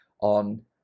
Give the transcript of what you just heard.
on